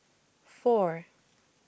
four